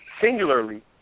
singularly